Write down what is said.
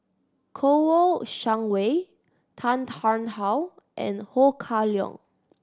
Kouo Shang Wei Tan Tarn How and Ho Kah Leong